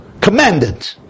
commanded